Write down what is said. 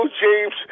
James